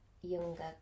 younger